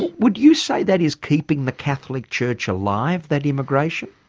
would you say that is keeping the catholic church alive, that immigration?